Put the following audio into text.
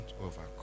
overcome